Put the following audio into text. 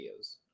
videos